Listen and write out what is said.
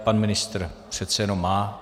Pan ministr přece jenom má.